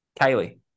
Kaylee